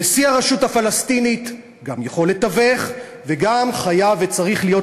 נשיא הרשות הפלסטינית גם יכול לתווך וגם חייב וצריך להיות,